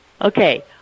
Okay